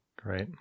Great